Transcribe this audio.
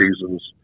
seasons